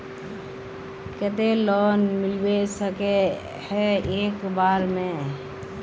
केते लोन मिलबे सके है एक बार में?